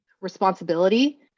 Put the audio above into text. responsibility